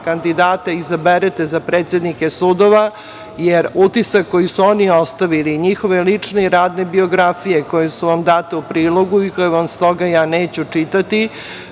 kandidate izaberete za predsednike sudova, jer utisak koji su oni ostavili i njihove lične i radne biografije koju su vam date u prilogu, koje vam stoga ja neću čitati,